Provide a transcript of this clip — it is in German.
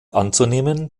anzunehmen